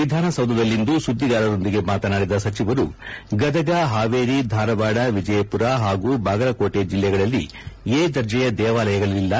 ವಿಧಾನಸೌಧದಲ್ಲಂದು ಸುದ್ದಿಗಾರರೊಂದಿಗೆ ಮಾತನಾಡಿದ ಸಚಿವರು ಗದಗ ಹಾವೇಲಿ ಧಾರವಾಡ ವಿಜಯಪುರ ಹಾಗೂ ಬಾಗಲಕೋಬೆ ಜಿಲ್ಲೆಗಳಲ್ಲ ಎ ದರ್ಜೆಯ ದೇವಾಲಯಗಳಲ್ಲ